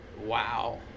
wow